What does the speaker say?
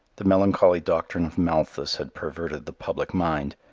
the melancholy doctrine of malthus had perverted the public mind.